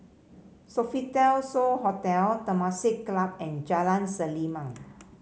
Sofitel So Hotel Temasek Club and Jalan Selimang